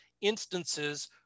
instances